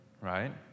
right